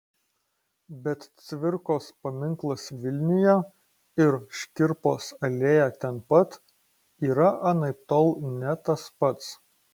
bet cvirkos paminklas vilniuje ir škirpos alėja ten pat yra anaiptol ne tas pats